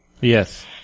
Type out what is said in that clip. Yes